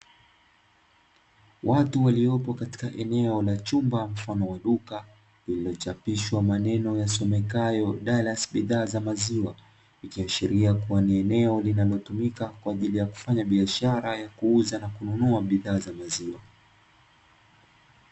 Watu waliopo katika eneo la chumba, mfano wa duka, lililochapishwa maneno yasomekayo 'darasa bidhaa za maziwa,' ikiashiria kuwa ni eneo linalotumika kwa ajili ya kufanya biashara ya kuuza na kununua bidhaa za maziwa.